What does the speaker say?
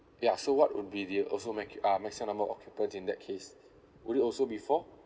yeah so what would be the also maxi~ um maximum number of occupant in that case would it also be four